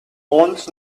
aunt